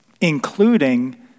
including